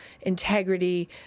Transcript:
integrity